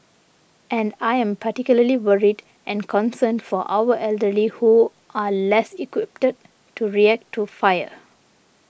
and I am particularly worried and concerned for our elderly who are less equipped to react to fire